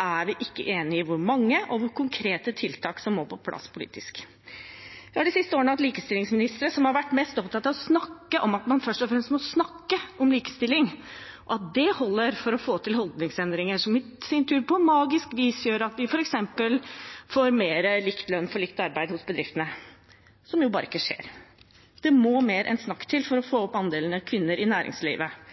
er vi ikke enige om hvor mange og hvilke konkrete tiltak som må på plass politisk. Vi har de siste årene hatt likestillingsministre som har vært mest opptatt av å snakke om at man først og fremst må snakke om likestilling, og at dét holder for å få til holdningsendringer, som i sin tur på magisk vis gjør at vi f.eks. får mer lik lønn for likt arbeid hos bedriftene, noe som jo bare ikke skjer. Det må mer enn snakk til for å få opp andelen kvinner i næringslivet,